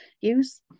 use